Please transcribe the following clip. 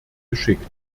geschickt